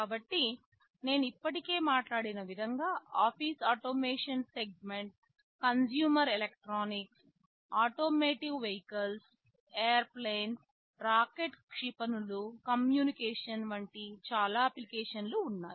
కాబట్టి నేను ఇప్పటికే మాట్లాడిన విధంగా office automation segment consumer electronics automotive vehicles airplanes rocket క్షిపణులు కమ్యూనికేషన్ వంటి చాలా అప్లికేషన్లు ఉన్నాయి